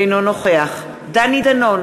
אינו נוכח דני דנון,